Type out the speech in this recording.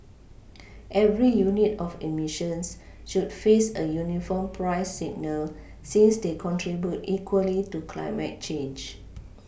every unit of eMissions should face a uniform price signal since they contribute equally to climate change